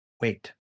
wait